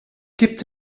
gibt